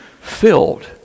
filled